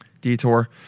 detour